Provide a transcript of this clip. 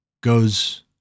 goes